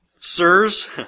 sirs